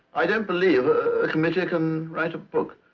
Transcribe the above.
i don't believe ah a committee can write a book.